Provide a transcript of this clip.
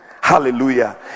hallelujah